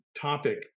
topic